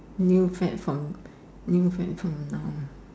new fat from new fat from now